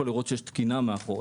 אנחנו רוצים לראות שיש תקינה מאחוריה.